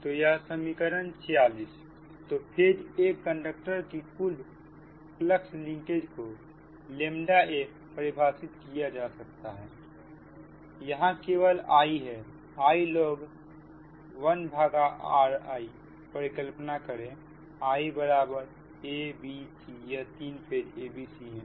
तो यह समीकरण 46 तो फेज a कंडक्टर की कुल फ्लक्स लिंकेज को ʎ a परिभाषित किया जाता है यहां केवल I हैI log1rIपरिकल्पना करें Iabc यह तीन फेज abc है